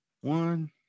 One